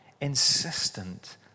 insistent